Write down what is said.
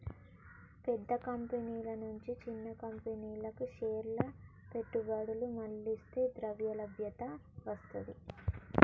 పెద్ద కంపెనీల నుంచి చిన్న కంపెనీలకు షేర్ల పెట్టుబడులు మళ్లిస్తే ద్రవ్యలభ్యత వత్తది